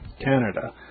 Canada